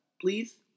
Please